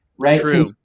Right